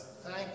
Thank